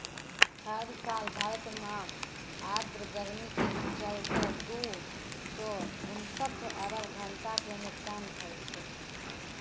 हर साल भारत मॅ आर्द्र गर्मी के चलतॅ दू सौ उनसठ अरब घंटा के नुकसान होय छै